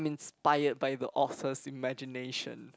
inspired by the author's imagination